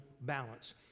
balance